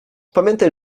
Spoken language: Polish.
pamiętaj